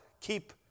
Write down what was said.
Keep